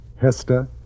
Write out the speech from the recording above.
Hester